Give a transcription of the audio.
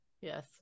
Yes